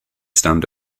stand